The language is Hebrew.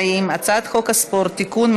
הצעת חוק הספורט (תיקון,